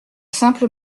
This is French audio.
simple